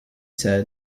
said